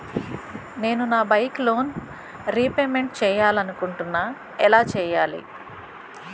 నేను నా bike loan repayment చేయాలనుకుంటున్నా ఎలా చేయాలి?